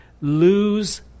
lose